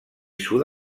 sud